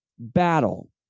Battle